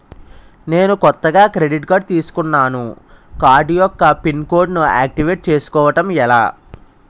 నేను కొత్తగా credit card తిస్కున్నా నా కార్డ్ యెక్క పిన్ కోడ్ ను ఆక్టివేట్ చేసుకోవటం ఎలా?